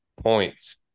points